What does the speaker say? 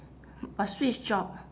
must switch job ah